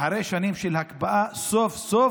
אחרי שנים של הקפאה סוף-סוף